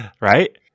Right